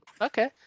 Okay